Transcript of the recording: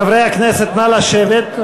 חברי הכנסת, נא לשבת.